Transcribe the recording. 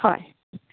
हय